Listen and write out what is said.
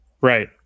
Right